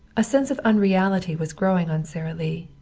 a sense of unreality was growing on sara lee.